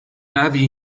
navi